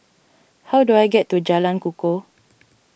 how do I get to Jalan Kukoh